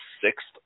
sixth